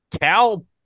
Cal